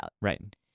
Right